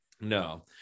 No